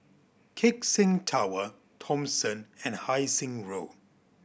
Keck Seng Tower Thomson and Hai Sing Road